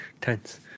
Tense